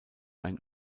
ein